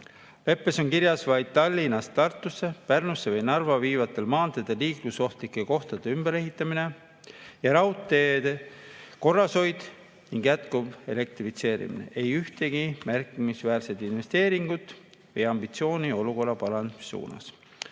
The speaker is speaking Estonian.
Leppes on kirjas vaid Tallinnast Tartusse, Pärnusse ja Narva viivatel maanteedel liiklusohtlike kohtade ümberehitamine ja raudteede korrashoid ning jätkuv elektrifitseerimine. Ei ühtegi märkimisväärset investeeringut ega ambitsiooni olukorra parandamise suunas.